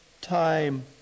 time